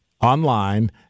online